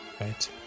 Right